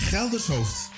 Geldershoofd